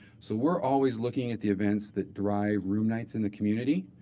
so we're always looking at the events that drive room nights in the community.